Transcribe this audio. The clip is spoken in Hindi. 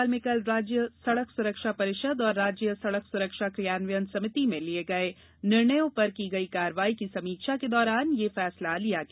भोपाल में कल राज्य सड़क सुरक्षा परिषद और राज्य सड़क सुरक्षा क्रियान्वयन समिति में लिये गये निर्णयों पर की गई कार्यवाही की समीक्षा के दौरान यह निर्णय लिया गया